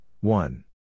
One